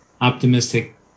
optimistic